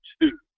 two